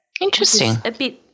Interesting